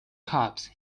cops